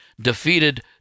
defeated